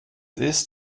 ist